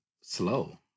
slow